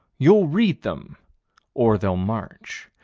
you'll read them or they'll march.